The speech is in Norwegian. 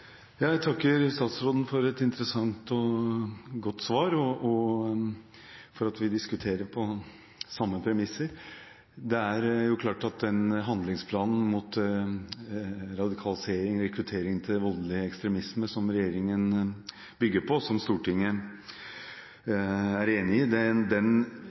Jeg takker statsråden for et interessant og godt svar og for at vi diskuterer på samme premisser. Det er klart at Handlingsplan mot radikalisering og voldelig ekstremisme som regjeringen bygger sin politikk på, og som Stortinget er enig i, må innebære at vi gir politiet de